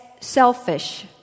Selfish